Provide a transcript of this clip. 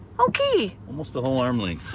okay. almost a whole arm length.